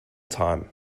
time